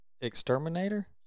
exterminator